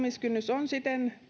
on siten